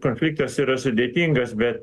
konfliktas yra sudėtingas bet